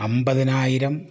അമ്പതിനായിരം